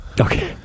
Okay